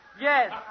Yes